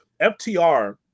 FTR